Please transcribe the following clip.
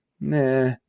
Nah